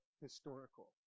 historical